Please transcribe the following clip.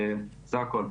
תודה.